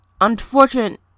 Unfortunate